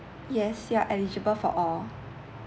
yes you're eligible for all